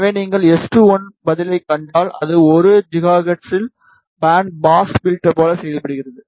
எனவே நீங்கள் S21 பதிலைக் கண்டால் அது 1 GHz இல் பேண்ட் பாஸ் பில்டர் போல செயல்படுகிறது